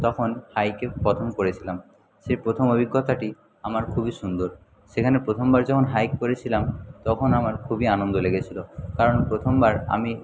তখন হাইকে পথম করেছিলাম সেই প্রথম অভিজ্ঞতাটি আমার খুবই সুন্দর সেখানে প্রথমবার যখন হাইক করেছিলাম তখন আমার খুবই আনন্দ লেগেছিলো কারণ প্রথমবার আমি